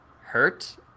hurt